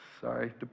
Sorry